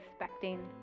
expecting